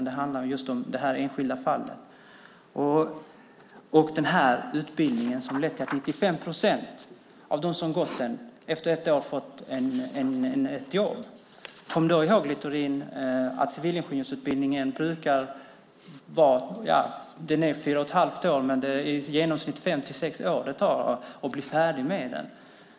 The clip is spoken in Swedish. Den handlar om det enskilda fallet, utbildningen som har lett till att 95 procent av dem som gått den efter ett år fått ett jobb. Kom ihåg Littorin att civilingenjörsutbildningen är fyra och ett halvt år, men att det tar i genomsnitt fem till sex år att bli färdig med den!